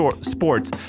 sports